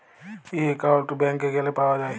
ই account ব্যাংকে গ্যালে পাউয়া যায়